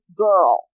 girl